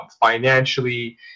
financially